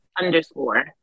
underscore